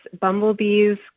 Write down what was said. bumblebees